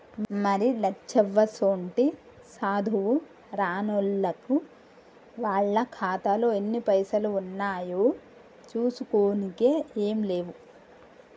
మరి లచ్చవ్వసోంటి సాధువు రానిల్లకు వాళ్ల ఖాతాలో ఎన్ని పైసలు ఉన్నాయో చూసుకోనికే ఏం లేవు